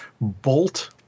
Bolt